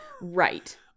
Right